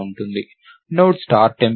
node star temp first కి సమానం